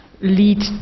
lead